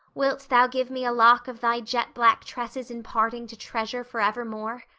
wilt thou give me a lock of thy jet-black tresses in parting to treasure forevermore?